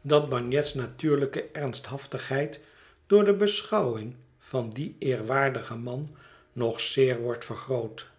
dat bagnet's natuurlijke ernsthaftigheid door de beschouwing van dien eerwaardigen man nog zeer wordt vergroot